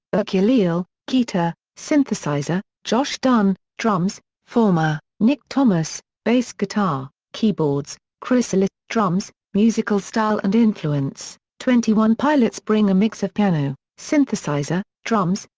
um ah keytar, synthesizer josh dun drums former nick thomas bass guitar, keyboards chris salih drums musical style and influence twenty one pilots bring a mix of piano, synthesizer, drums,